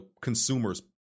consumer's